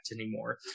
anymore